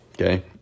Okay